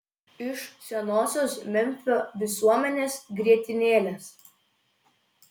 iš senosios memfio visuomenės grietinėlės